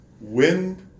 wind